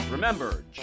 Remember